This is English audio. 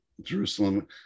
Jerusalem